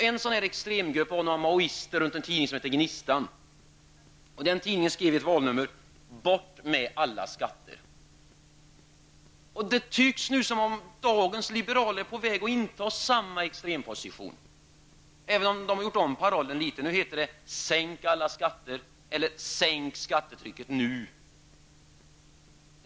En sådan grupp var maoisterna kring tidningen Gnistan. Den tidningen skrev i ett valnummer: Bort med alla skatter! Det tycks nu som om dagens liberaler är på väg att inta samma extremposition, även om parollen har gjorts om litet grand. Nu heter det: Sänk alla skatter eller sänk skattetrycket nu!